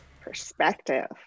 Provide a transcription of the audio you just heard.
perspective